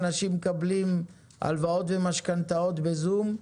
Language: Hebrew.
אנשים מקבלים הלוואות ומשכנתאות בזום,